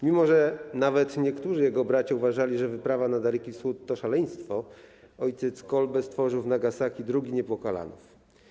Mimo że nawet niektórzy jego bracia uważali, że wyprawa na Daleki Wschód to szaleństwo, ojciec Kolbe stworzył w Nagasaki drugi Niepokalanów.